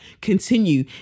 continue